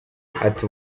ati